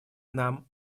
нам